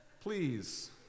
Please